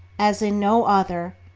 as in no other,